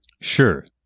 Sure